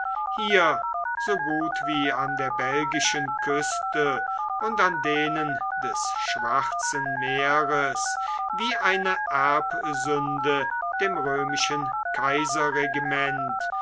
hier so gut wie an der belgischen küste und an denen des schwarzen meeres wie eine erbsünde dem römischen kaiserregiment